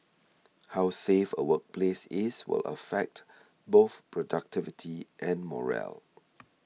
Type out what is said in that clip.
how safe a workplace is will affect both productivity and morale